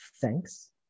thanks